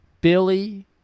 Billy